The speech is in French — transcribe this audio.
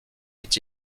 est